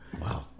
Wow